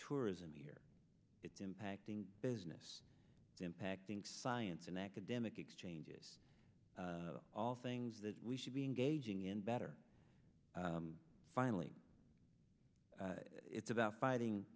tourism here it's impacting business impacting science and academic exchanges all things that we should be engaging in better finally it's about fighting